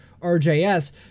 RJS